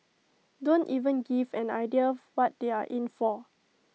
don't even give an idea what they are in for